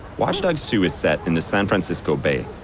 watch dogs two is set in the san francisco bay,